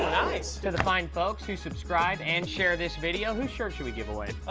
oh to the fine folks who subscribe and share this video. whose shirt should we give away?